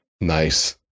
Nice